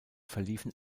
verliefen